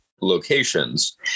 locations